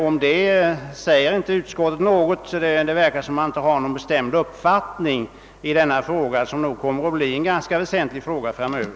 Om den saken säger utskottet inte något, så att det verkar som om man inte har någon bestämd uppfattning i denna fråga som nog kommer att bli en ganska väsentlig fråga framöver.